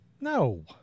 No